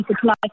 supply